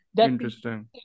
Interesting